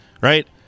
right